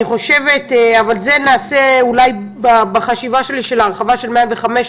את זה נעשה אולי בחשיבה על ההרחבה של 105,